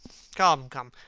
come, come!